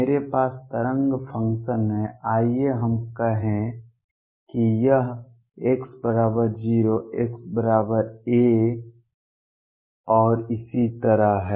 मेरे पास तरंग फंक्शन है आइए हम कहें कि यह x 0 x a और इसी तरह है